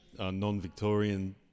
Non-Victorian